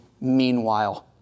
meanwhile